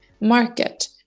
market